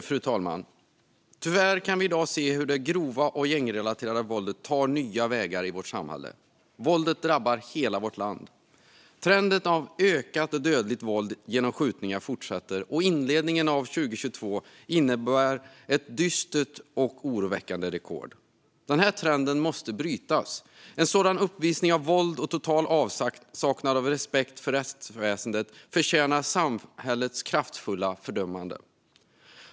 Fru talman! Tyvärr kan vi i dag se att det grova och gängrelaterade våldet tar nya vägar i vårt samhälle. Våldet drabbar hela vårt land. Trenden med ökat dödligt våld genom skjutningar fortsätter. Inledningen av 2022 innebär ett dystert och oroväckande rekord. Denna trend måste brytas. En sådan uppvisning av våld och total avsaknad av respekt för rättsväsendet förtjänar samhällets kraftfulla fördömande.